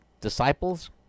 disciples